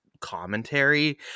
commentary